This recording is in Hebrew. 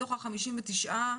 מתוך ה-59,